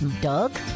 Doug